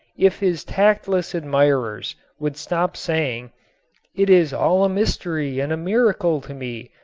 if his tactless admirers would stop saying it is all a mystery and a miracle to me,